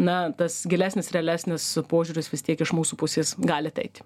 na tas gilesnis realesnis požiūris vis tiek iš mūsų pusės gali ateit